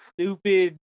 stupid